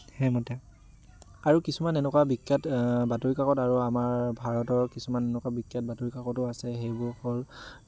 সেইমতে আৰু কিছুমান এনেকুৱা বিখ্যাত বাতৰি কাকত আৰু আমাৰ ভাৰতৰ কিছুমান এনেকুৱা বিখ্যাত বাতৰি কাকতো আছে সেইবোৰ হ'ল